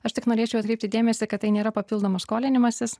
aš tik norėčiau atkreipti dėmesį kad tai nėra papildomas skolinimasis